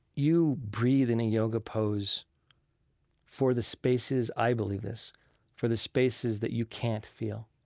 you breathe in a yoga pose for the spaces i believe this for the spaces that you can't feel.